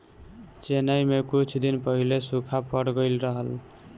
चेन्नई में कुछ दिन पहिले सूखा पड़ गइल रहल